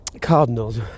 cardinals